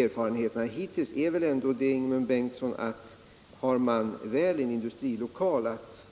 Erfarenheterna hittills är väl ändå, Ingemund Bengtsson, att har man en industrilokal att